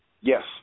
Yes